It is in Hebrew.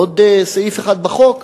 עוד סעיף אחד בחוק,